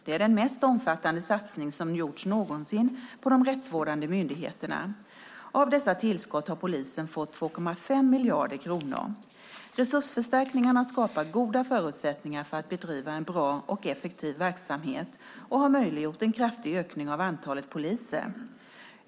Det är den mest omfattande satsning som gjorts någonsin på de rättsvårdande myndigheterna. Av dessa tillskott har polisen fått 2,5 miljarder kronor. Resursförstärkningarna skapar goda förutsättningar för att bedriva en bra och effektiv verksamhet och har möjliggjort en kraftig ökning av antalet poliser.